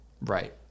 Right